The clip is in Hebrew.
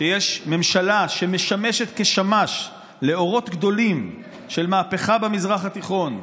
כשיש ממשלה שמשמשת כשמש לאורות גדולים של מהפכה במזרח התיכון,